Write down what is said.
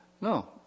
No